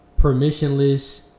permissionless